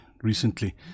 recently